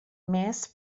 مصر